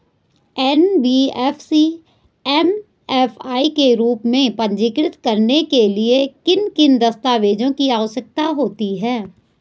NBFC MFI के रूप में पंजीकृत कराने के लिए किन किन दस्तावेज़ों की आवश्यकता होती है?